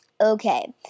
Okay